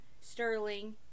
Sterling